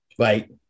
Right